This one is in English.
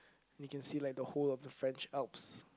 you can see like the whole of the French alps